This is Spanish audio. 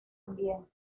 ambiente